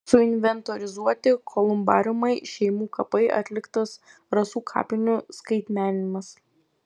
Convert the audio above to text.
suinventorizuoti kolumbariumai šeimų kapai atliktas rasų kapinių skaitmeninimas